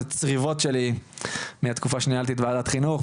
זה צריבות שלי מהתקופה שניהלתי את ועדת חינוך,